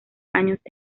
años